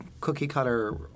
cookie-cutter